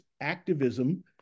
activism